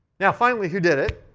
now finally, who did it.